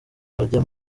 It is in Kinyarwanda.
barya